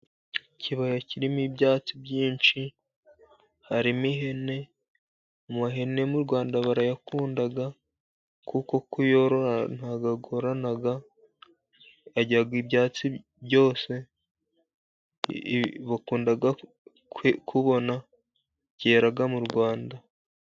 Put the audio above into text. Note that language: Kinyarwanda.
Ikibaya kirimo ibyatsi byinshi harimo ihene, amahene mu Rwanda barayakunda, kuko kuyorora nta bwo agorana, arya ibyatsi byose, bakunda kubona byera mu rwanda.